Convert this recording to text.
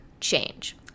change